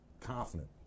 confident